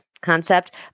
concept